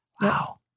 Wow